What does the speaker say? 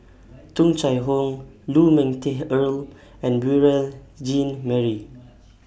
Tung Chye Hong Lu Ming Teh Earl and Beurel Jean Marie